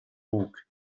bug